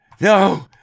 No